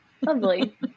Lovely